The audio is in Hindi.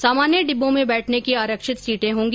सामान्य डिब्बों में बैठने की आरक्षित सीटें होगी